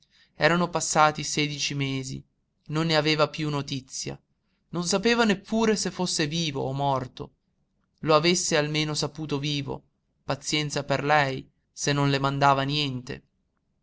erano passati sedici mesi non ne aveva piú notizia non sapeva neppure se fosse vivo o morto lo avesse almeno saputo vivo pazienza per lei se non le mandava niente